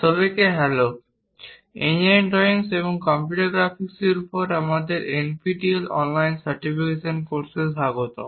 সবাইকে hello engineering drawing এবং computer গ্রাফিক্সের উপর আমাদের NPTEL অনলাইন সার্টিফিকেশন কোর্সে স্বাগতম